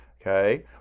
okay